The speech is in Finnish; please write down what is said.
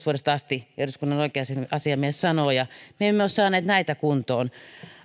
vuodesta kaksituhattakolmetoista asti niin kuin eduskunnan oikeusasiamies sanoo ja me emme ole saaneet näitä kuntoon